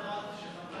כמה חבל שחברי הכנסת של